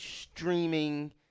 streaming